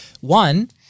one